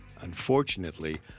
Unfortunately